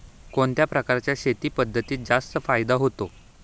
कोणत्या प्रकारच्या शेती पद्धतीत जास्त फायदा होतो?